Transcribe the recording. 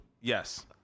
Yes